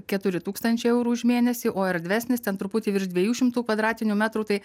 keturi tūkstančiai eurų už mėnesį o erdvesnis ten truputį virš dviejų šimtų kvadratinių metrų tai